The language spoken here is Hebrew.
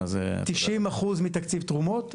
90% מתקציב תרומות.